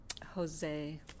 Jose